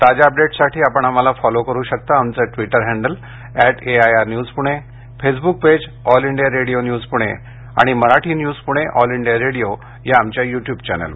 ताज्या अपडेट्ससाठी आपण आम्हाला फॉलो करु शकता आमचं Twitter handle at AIR news Pune Facebook page all India radio news Pune आणि Marathi news Pune all India radio या आमच्या युट्युब चॅनेलवर